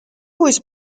was